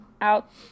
out